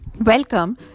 welcome